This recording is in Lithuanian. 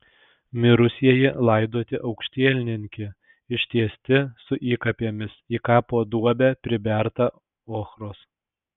mirusieji laidoti aukštielninki ištiesti su įkapėmis į kapo duobę priberta ochros